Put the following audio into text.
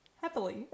Happily